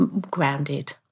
grounded